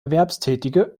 erwerbstätige